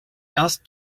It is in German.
erst